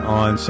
on